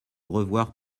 revoir